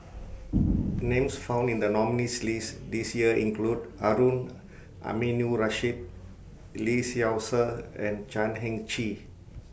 Names found in The nominees' list This Year include Harun Aminurrashid Lee Seow Ser and Chan Heng Chee